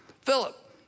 Philip